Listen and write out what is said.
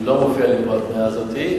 לא מופיעה לי פה ההתניה הזאת.